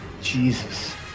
Jesus